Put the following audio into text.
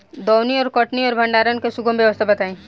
दौनी और कटनी और भंडारण के सुगम व्यवस्था बताई?